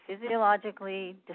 physiologically